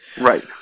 Right